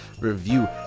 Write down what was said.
review